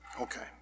Okay